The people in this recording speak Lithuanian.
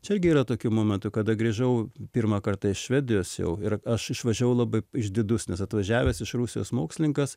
čia gi yra tokių momentų kada grįžau pirmą kartą iš švedijos jau ir aš išvažiavau labai išdidus nes atvažiavęs iš rusijos mokslininkas